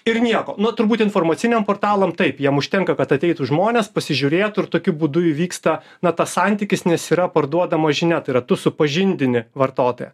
ir nieko nu turbūt informaciniam portalam taip jam užtenka kad ateitų žmonės pasižiūrėtų ir tokiu būdu įvyksta na tas santykis nes yra parduodama žinia tai ratu supažindini vartotoją